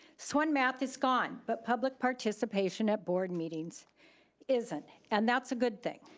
swan math is gone, but public participation at board meeting isn't, and that's a good thing.